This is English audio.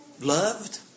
loved